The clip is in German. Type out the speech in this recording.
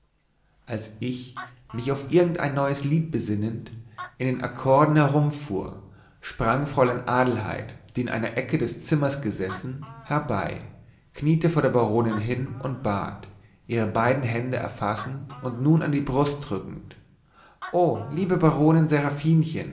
als ich mich auf irgendein neues lied besinnend in den akkorden herumfuhr sprang fräulein adelheid die in einer ecke des zimmers gesessen herbei kniete vor der baronin hin und bat ihre beiden hände erfassend und an die brust drückend o liebe baronin